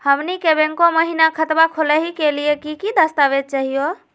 हमनी के बैंको महिना खतवा खोलही के लिए कि कि दस्तावेज चाहीयो?